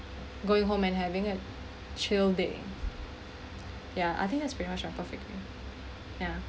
going home and having a chill day yeah I think that's pretty much a perfect day yeah